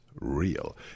real